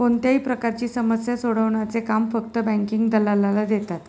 कोणत्याही प्रकारची समस्या सोडवण्याचे काम फक्त बँकिंग दलालाला देतात